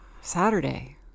Saturday